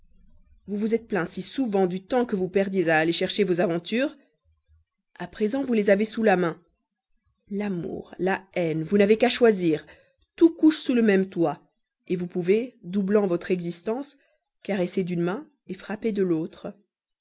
vous vous êtes plaint si souvent du temps que vous perdiez à aller chercher vos aventures a présent vous les avez sous la main l'amour la haine vous n'avez qu'à choisir tout couche sous le même toit vous pouvez doublant votre existence caresser d'une main frapper de l'autre